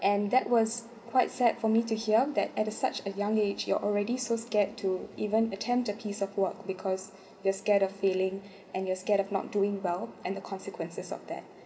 and that was quite sad for me to hear that at such a young age you're already so scared to even attempt a piece of work because they are scared of failing and you're scared of not doing well and the consequences of that